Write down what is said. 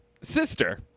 sister